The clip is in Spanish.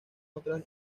otras